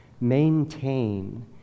maintain